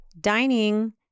dining